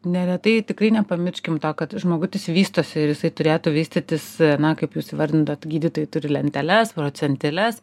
neretai tikrai nepamirškim to kad žmogutis vystosi ir jisai turėtų vystytis na kaip jūs įvardinot gydytojai turi lenteles procentiles